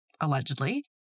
allegedly